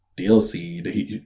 DLC